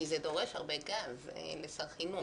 כי זה דורש הרבה גב לשר חינוך.